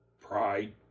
Pride